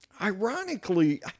Ironically